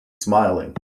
smiling